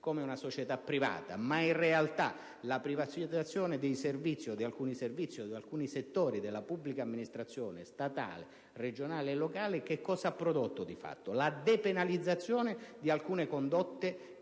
come una società privata. In realtà, la privatizzazione dei servizi o di alcuni settori della pubblica amministrazione statale, regionale e locale, di fatto, ha prodotto la depenalizzazione di alcune condotte